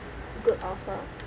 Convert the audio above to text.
good offer ah